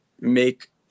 make